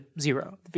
zero